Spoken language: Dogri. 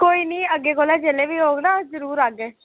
कोई नी अग्गे कोला जदूं बी होग ना अस्स जरूर औगे